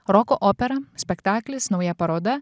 roko opera spektaklis nauja paroda